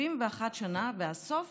71 שנה, והסוף